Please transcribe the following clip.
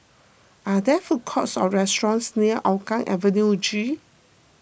are there food courts or restaurants near Hougang Avenue G